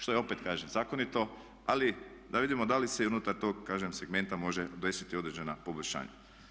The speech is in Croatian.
Što je opet kažem zakonito ali da vidimo da li se i unutar tog kažem segmenta može desiti određena poboljšanja.